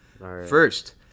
First